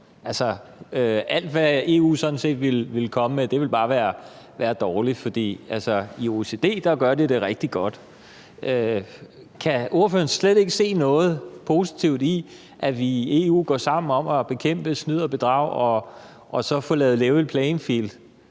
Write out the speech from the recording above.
alt, hvad EU sådan set ville komme med, ville bare være dårligt, for i OECD gør de det rigtig godt. Kan ordføreren slet ikke se noget positivt i, at vi i EU går sammen om at bekæmpe snyd og bedrag og så får lavet en level playing field